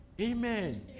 Amen